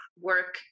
work